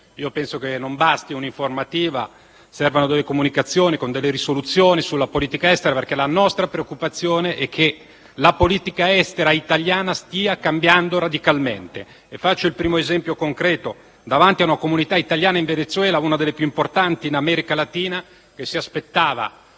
io penso che non basti un'informativa; credo che servano delle comunicazioni, con delle risoluzioni sulla politica estera, perché la nostra preoccupazione è che la politica estera italiana stia cambiando radicalmente. Faccio il primo esempio concreto. La comunità italiana in Venezuela, una delle più importanti in America latina, si aspettava